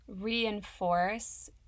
reinforce